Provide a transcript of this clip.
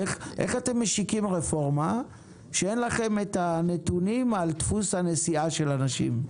איך אתם משיקים רפורמה שאין לכם הנתונים על דפוס הנסיעה של אנשים?